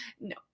No